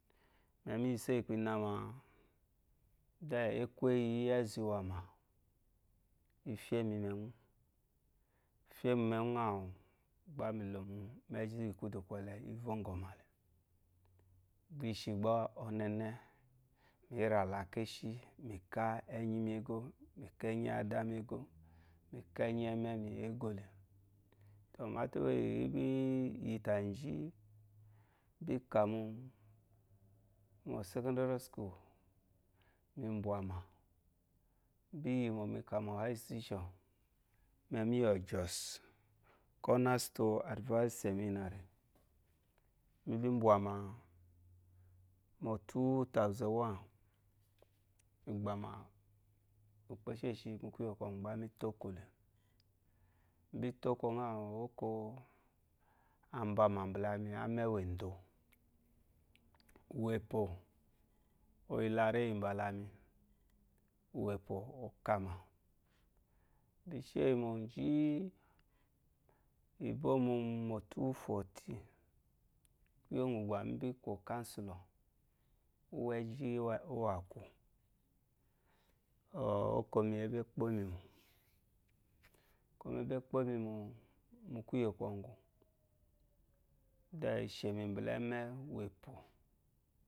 Me miyi so yi ukpo inama, ekweyi iyi ezu wama ifemimewu. ifemi mewu ngɔ wu gbamilomomezu iyi kuduko le ivogɔmale gbishi gba nene mirala keshe mika enyi me go mi ka enyiya dami ego, mika enyi yememi egole to mate ewo iyi biyita gi mibika mu mo secodare school mi bwa ma mi bi yi mo mika ma ayisistition me mi yo jos kona stone advance seminary mi bi bwa ma mo two thousand one migbama ukposhi eshimukuye kogu mgba mi to kole mi bi toko gha oko abama mbalam ame wedo oka ma misheyi mogi, ibomu mu two fourteen kiye gu ba mibi ku okasilo councilor uwu ezhi uwa akum okomi ebo kpomimo okomi ebo kpomimo mo kuye kogu then eshemi mbaleme